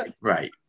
Right